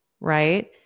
Right